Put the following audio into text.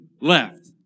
left